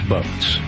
Boats